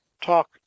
talk